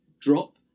drop